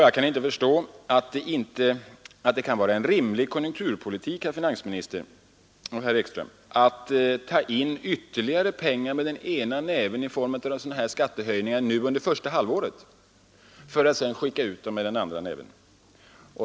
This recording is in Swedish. Jag kan inte förstå att det kan vara en rimlig konjunkturpolitik, herr finansminister och herr Ekström, att ta in ytterligare pengar med den ena näven i form av sådana här skattehöjningar nu under första halvåret för att sedan skicka ut dessa pengar med den andra näven.